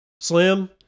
slim